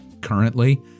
currently